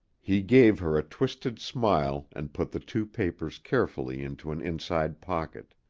he gave her a twisted smile and put the two papers carefully into an inside pocket.